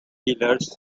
killers